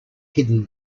hidden